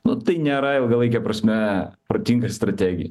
nu tai nėra ilgalaike prasme protinga strategija